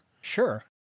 Sure